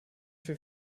für